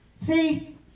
see